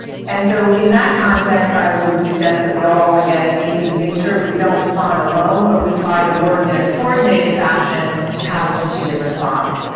and so in that context i would suggest that we all again need to make sure that we don't respond alone but we try to work in a coordinated fashion to have a strategic response.